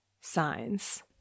signs